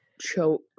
choke